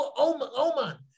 Oman